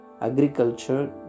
agriculture